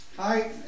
Hi